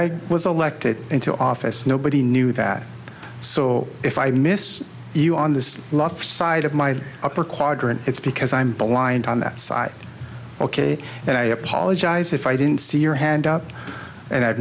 i was elected into office nobody knew that so if i miss you on this life side of my upper quadrant it's because i'm blind on that side ok and i apologize if i didn't see your hand up and i'